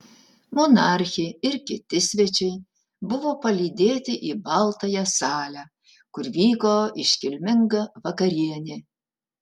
monarchė ir kiti svečiai buvo palydėti į baltąją salę kur vyko iškilminga vakarienė